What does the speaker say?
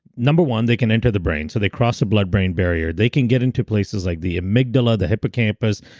number one, they can enter the brain. so they cross the blood brain barrier, they can get into places like the amygdala, the hippocampus,